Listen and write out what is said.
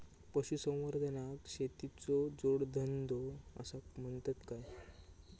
पशुसंवर्धनाक शेतीचो जोडधंदो आसा म्हणतत काय?